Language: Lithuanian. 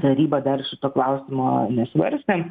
taryba dar šito klausimo nesvarstėm